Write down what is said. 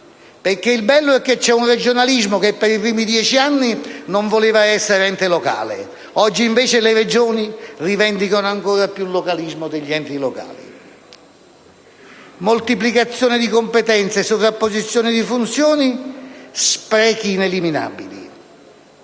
bello, infatti, è che c'è un regionalismo che per i primi dieci anni non voleva essere ente locale; oggi, invece, le Regioni rivendicano ancora più localismo degli enti locali: moltiplicazioni di competenze, sovrapposizione di funzioni, sprechi ineliminabili,